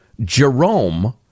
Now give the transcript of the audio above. Jerome